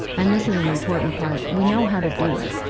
and this is an important part, we know how to do it.